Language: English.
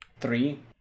three